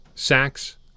Sacks